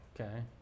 Okay